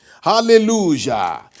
Hallelujah